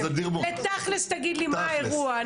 תגיד לי תכל'ס מה האירוע.